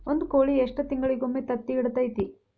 ಒಂದ್ ಕೋಳಿ ಎಷ್ಟ ತಿಂಗಳಿಗೊಮ್ಮೆ ತತ್ತಿ ಇಡತೈತಿ?